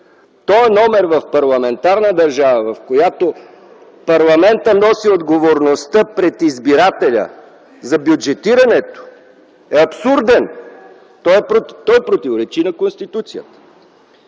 Този номер в парламентарна държава, в която парламентът носи отговорността пред избирателя за бюджетирането, е абсурден. Той противоречи на Конституцията.